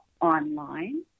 online